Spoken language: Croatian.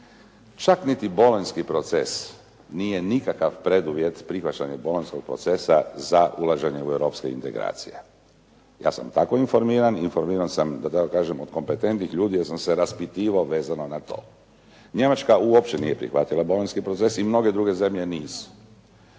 Čak niti bolonjski proces nije nikakav preduvjet prihvaćanje bolonjskog procesa za ulaženje u europske integracije. Ja sam tako informiran i informiran da tako kažem od kompetentnih ljudi jer sam se raspitivao vezano na to. Njemačka uopće nije prihvatila bolonjski proces i mnoge druge zemlje nisu.